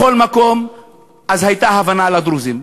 בכל מקום הייתה הבנה לדרוזים.